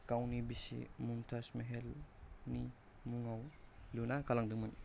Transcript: गावनि बिसि मुमताज मेहेलनि मुङाव लुना गालांदोंमोन